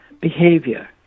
behavior